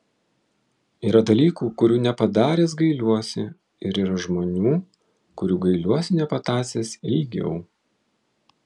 yra dalykų kurių nepadaręs gailiuosi ir yra žmonių kurių gailiuosi nepatąsęs ilgiau